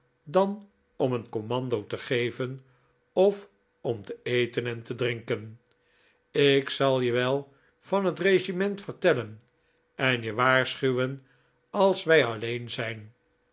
dan om een commando te geven of om te eten en te drinken ik zal je wel van het regiment vertellen en je waarschuwen als wij alleen zijn